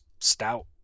stout